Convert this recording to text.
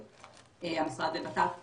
המשרד לבט"פ ועוד.